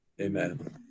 Amen